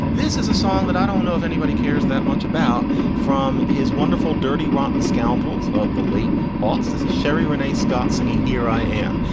this is a song that i don't know if anybody cares that much about from his wonderful dirty rotten scoundrels of the late aughts. this is sherie rene scott singing here i am.